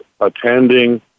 attending